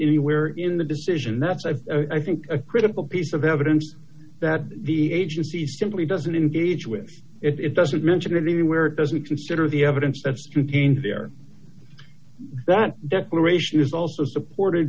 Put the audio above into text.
anywhere in the decision that i think a critical piece of evidence that the agency simply doesn't engage with it doesn't mention anywhere doesn't consider the evidence that's contained there that declaration is also supported